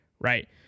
right